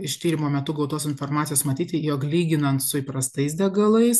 iš tyrimo metu gautos informacijos matyti jog lyginant su įprastais degalais